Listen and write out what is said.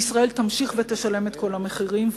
וישראל תמשיך ותשלם את כל המחירים,